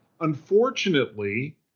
unfortunately